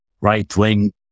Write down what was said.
right-wing